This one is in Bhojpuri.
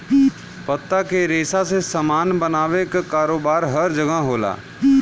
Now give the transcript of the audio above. पत्ता के रेशा से सामान बनावे क कारोबार हर जगह होला